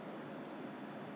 真的啊我都没有去 leh